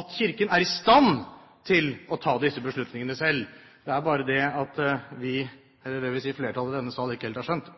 at Kirken er i stand til å ta disse beslutningene selv. Det er bare det at flertallet i denne sal ikke helt har skjønt